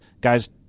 Guy's